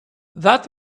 that